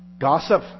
Gossip